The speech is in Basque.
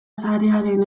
sarearen